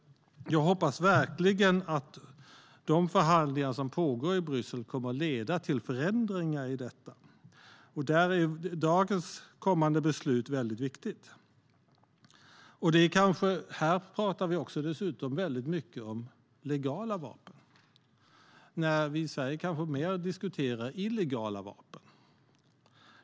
Jag hoppas verkligen att de förhandlingar som pågår i Bryssel kommer att leda till förändringar. Där är dagens kommande beslut väldigt viktigt. I Bryssel pratar man dessutom mycket om legala vapen medan vi i Sverige kanske mer diskuterar illegala vapen.